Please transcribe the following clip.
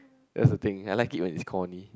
that's the thing I like it when it's corny